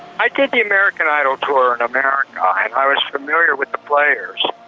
i did the american idol tour in america and i was familiar with the players.